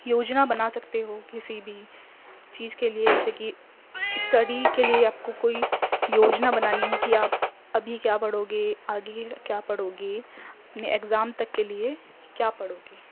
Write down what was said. یوجنا بنا سکتے ہو کسی بھی چیز کے لیے جیسے کہ اسٹڈی کے لیے آپ کو کوئی یوجنا بنانی ہے کہ آپ ابھی کیا پڑھو گے آگے کیا پڑھو گے یعنی ایگزام تک کے لیے کیا پڑھوگے